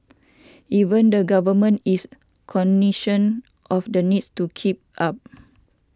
even the government is cognisant of the needs to keep up